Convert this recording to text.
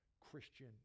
Christian